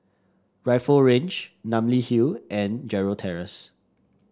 Rifle Range Namly Hill and Gerald Terrace